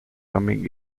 coming